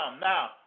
Now